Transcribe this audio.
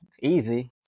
easy